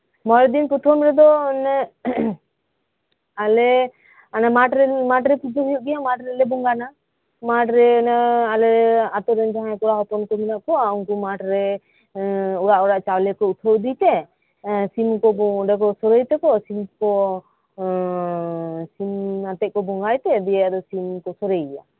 ᱢᱚᱲᱮᱫᱤᱱ ᱯᱚᱛᱷᱚᱢ ᱨᱮᱫᱚ ᱚᱱᱮᱟᱞᱮ ᱚᱱᱟ ᱢᱟᱴᱨᱮ ᱯᱩᱡᱟᱹ ᱦᱩᱭᱩᱜ ᱜᱮᱭᱟ ᱚᱱᱟ ᱢᱟᱴᱨᱮᱞᱮ ᱵᱚᱸᱜᱟᱱᱟ ᱢᱟᱴᱨᱮ ᱟᱞᱮ ᱚᱱᱟ ᱟᱛᱩ ᱨᱮᱱ ᱡᱟᱦᱟᱸᱭ ᱠᱚᱲᱟ ᱦᱚᱯᱚᱱ ᱠᱩ ᱢᱮᱱᱟᱜ ᱠᱚᱣᱟᱜ ᱩᱱᱠᱩ ᱢᱟᱴᱨᱮ ᱚᱲᱟᱜ ᱚᱲᱟᱜ ᱪᱟᱣᱞᱤᱠᱩ ᱩᱴᱷᱟᱹᱣ ᱤᱫᱤᱭᱛᱮ ᱥᱤᱢᱠᱩᱠᱩ ᱚᱸᱰᱮᱠᱩ ᱥᱩᱲᱟᱹᱭ ᱛᱮᱠᱩ ᱥᱤᱢ ᱠᱩᱠᱩᱱᱟᱛᱮᱠᱩ ᱵᱚᱸᱜᱟᱭᱛᱮ ᱟᱫᱚ ᱥᱤᱢᱠᱩ ᱥᱩᱲᱟᱹᱭ ᱜᱮᱭᱟ